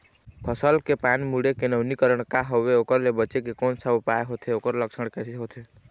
फसल के पान मुड़े के नवीनीकरण का हवे ओकर ले बचे के कोन सा उपाय होथे ओकर लक्षण कैसे होथे?